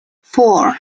four